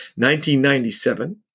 1997